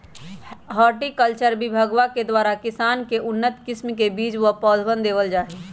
horticulture विभगवा के द्वारा किसान के उन्नत किस्म के बीज व पौधवन देवल जाहई